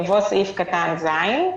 יבוא סעיף קטן (ז):